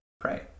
Pray